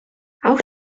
auch